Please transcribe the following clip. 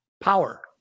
power